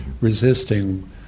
resisting